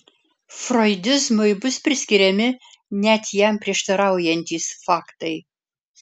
froidizmui bus priskiriami net jam prieštaraujantys faktai